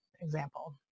example